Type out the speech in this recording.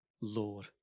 Lord